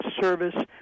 service